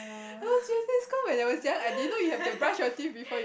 no seriously cause when I was young I didn't know you have to brush your teeth before you